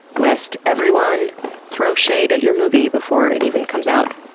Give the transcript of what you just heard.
lest everyone throw shade at your movie before it even comes out,